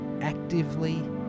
actively